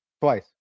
Twice